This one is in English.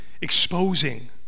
exposing